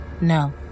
no